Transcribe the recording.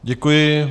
Děkuji.